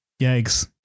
Yikes